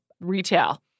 retail